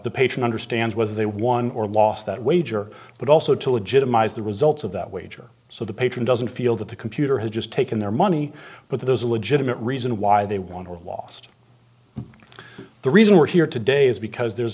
the patient understands what they won or lost that wager but also to legitimize the results of that wager so the patron doesn't feel that the computer has just taken their money but there's a legitimate reason why they want to lost the reason we're here today is because there's